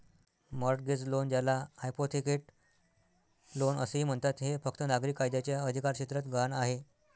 mortgage loan, ज्याला hypothecate loan असेही म्हणतात, हे फक्त नागरी कायद्याच्या अधिकारक्षेत्रात गहाण आहे